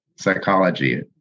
psychology